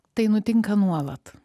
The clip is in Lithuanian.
tai nutinka nuolat